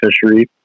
fishery